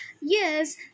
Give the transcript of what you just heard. Yes